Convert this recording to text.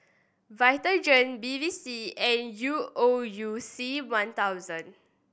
Vitagen Bevy C and U O U C one thousand